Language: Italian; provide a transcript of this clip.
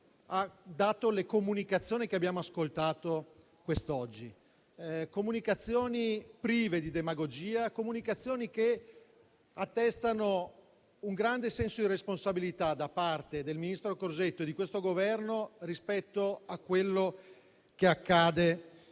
ha dato le comunicazioni che abbiamo ascoltato quest'oggi. Comunicazioni prive di demagogia, che attestano un grande senso di responsabilità da parte del ministro Crosetto e del Governo rispetto a quello che accade